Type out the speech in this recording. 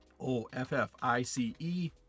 O-F-F-I-C-E